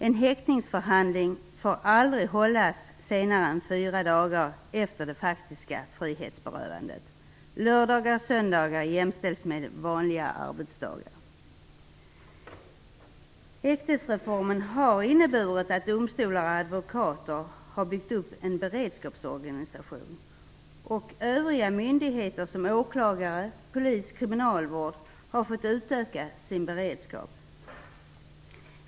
En häktningsförhandling får aldrig hållas senare än fyra dagar efter det faktiska frihetsberövandet. Häktningsreformen har inneburit att domstolar och advokater byggt upp en beredskapsorganisation. Övriga myndigheter - åklagare, polis och kriminalvård - har fått utöka sin beredskap.